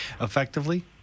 effectively